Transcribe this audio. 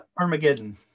Armageddon